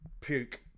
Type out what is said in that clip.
puke